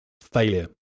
failure